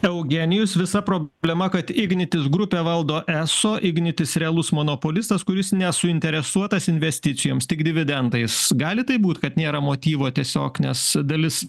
eugenijus visa problema kad ignitis grupė valdo eso ignitis realus monopolistas kuris nesuinteresuotas investicijoms tik dividendais gali taip būt kad nėra motyvo tiesiog nes dalis